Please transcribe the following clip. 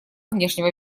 внешнего